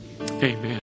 amen